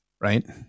Right